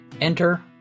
Enter